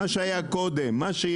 מה שהחליף יוחלף,